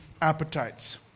appetites